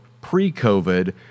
pre-COVID